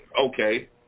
okay